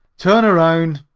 turn around,